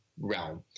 realm